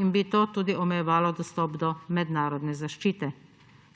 in bi to tudi omejevalo dostop do mednarodne zaščite.